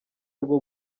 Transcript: rwo